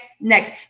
next